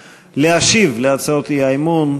ושומרון.